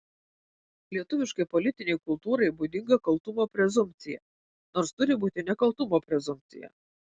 lietuviškai politinei kultūrai būdinga kaltumo prezumpcija nors turi būti nekaltumo prezumpcija